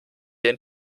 den